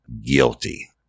guilty